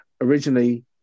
originally